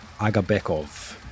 Agabekov